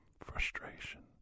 frustration